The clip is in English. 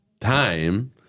time